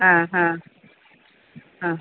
ആ ആ ആ